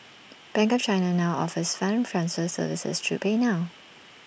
bank of China now offers funds transfer services through PayNow